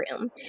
room